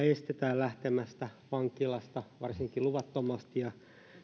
estetään lähtemästä vankilasta varsinkin luvattomasti ja